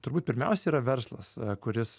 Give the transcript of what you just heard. turbūt pirmiausia yra verslas kuris